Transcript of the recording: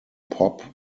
pop